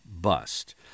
bust